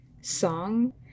song